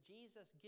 Jesus